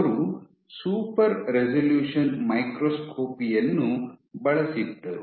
ಅವರು super resolution microscopy ಯನ್ನು ಬಳಸಿದ್ದರು